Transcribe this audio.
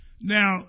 Now